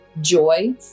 joy